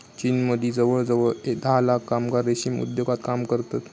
चीनमदी जवळजवळ धा लाख कामगार रेशीम उद्योगात काम करतत